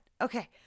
Okay